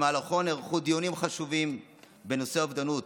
שבמהלכו נערכו דיונים חשובים בנושא אובדנות